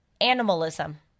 animalism